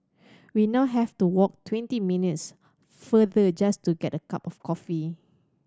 we now have to walk twenty minutes farther just to get a cup of coffee